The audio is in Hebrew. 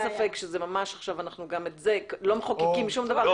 אין ספק שזה ממש עכשיו לא מחוקקים שום דבר,